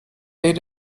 eight